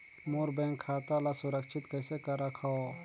मोर bank खाता ला सुरक्षित कइसे रखव?